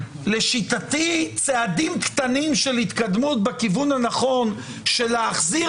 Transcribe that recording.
לשיטתי צעדים קטנים של התקדמות בכיוון הנכון על מנת להחזיר